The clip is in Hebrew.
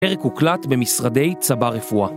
הפרק הוקלט במשרדי צבא רפואה